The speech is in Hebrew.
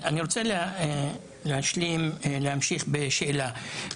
אני רוצה להמשיך בשאלה.